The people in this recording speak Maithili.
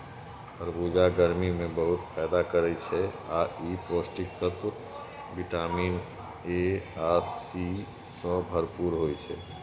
खरबूजा गर्मी मे बहुत फायदा करै छै आ ई पौष्टिक तत्व विटामिन ए आ सी सं भरपूर होइ छै